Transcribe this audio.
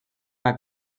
una